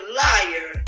liar